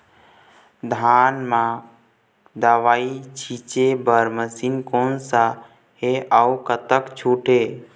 धान म दवई छींचे बर मशीन कोन सा हे अउ कतका छूट हे?